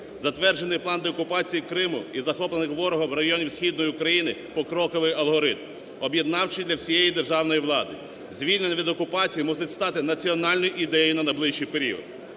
Затверджений план деокупації Криму і захоплених ворогом районів східної України – покроковий алгоритм, об'єднавчий для всієї державної влади. Звільнення від окупації мусить стати національною ідею на найближчий період.